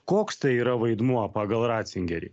koks tai yra vaidmuo pagal ratzingerį